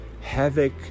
havoc